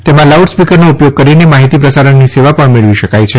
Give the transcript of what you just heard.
તેમાં લાઉડ સ્પીકરનો ઉપયોગ કરીને માહિતી પ્રસારણની સેવા પણ મેળવી શકાય છે